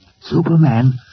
Superman